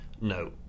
No